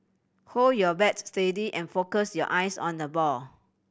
hold your bats steady and focus your eyes on the ball